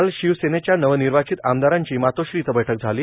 काल शिवसेनेच्या नवनिर्वाचित आमदारांची मातोश्री इथं बैठक झाली